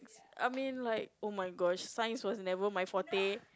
I mean like oh my god science was never my forte